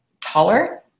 taller